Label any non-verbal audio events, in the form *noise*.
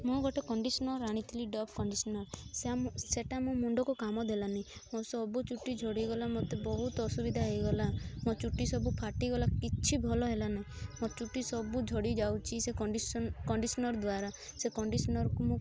ମୁଁ ଗୋଟେ କଣ୍ଡିସନର ଆଣିଥିଲି ଡୋଭ କଣ୍ଡିସନର *unintelligible* ସେଇଟା ମୋ ମୁଣ୍ଡକୁ କାମ ଦେଲାନି ମୋ ସବୁ ଚୁଟି ଝଡ଼ିଗଲା ମୋତେ ବହୁତ ଅସୁବିଧା ହେଇଗଲା ମୋ ଚୁଟି ସବୁ ଫାଟିଗଲା କିଛି ଭଲ ହେଲାନି ମୋ ଚୁଟି ସବୁ ଝଡ଼ିଯାଉଛି ସେ କଣ୍ଡିସନ୍ କଣ୍ଡିସନର ଦ୍ଵାରା ସେ କଣ୍ଡିସନରକୁ ମୁଁ